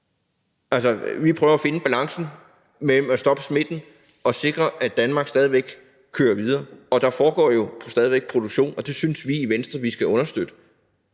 Aarhus. Vi prøver at finde balancen mellem at stoppe smitten og sikre, at Danmark stadig væk kører videre. Der foregår jo stadig væk produktion, og det synes vi i Venstre vi skal understøtte.